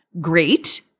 great